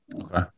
Okay